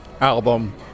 album